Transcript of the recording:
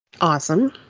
Awesome